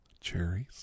cherries